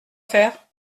faire